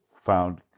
found